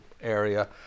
area